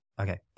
Okay